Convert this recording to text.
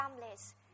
families